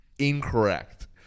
incorrect